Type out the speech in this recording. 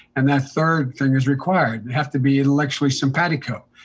and that third thing is required you have to be intellectually simpatico.